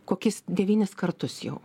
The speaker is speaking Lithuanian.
kokis devynis kartus jau